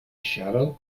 shadow